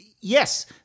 yes